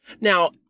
Now